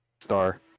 Star